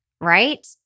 right